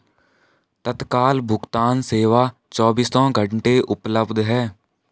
तत्काल भुगतान सेवा चोबीसों घंटे उपलब्ध है